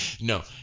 No